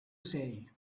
say